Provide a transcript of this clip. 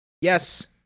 Yes